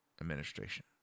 administration